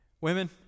Women